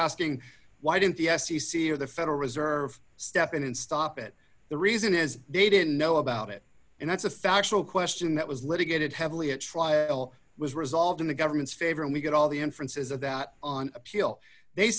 asking why didn't the f c c or the federal reserve step in and stop it the reason is day to know about it and that's a factual question that was litigated heavily a trial was resolved in the government's favor and we get all the inference is that on appeal they